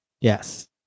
Yes